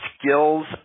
skills